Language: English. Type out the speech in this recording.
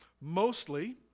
Mostly